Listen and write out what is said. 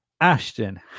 Ashton